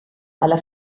alla